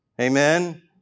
amen